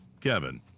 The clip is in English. Kevin